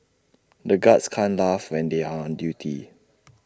the guards can't laugh when they are on duty